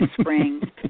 spring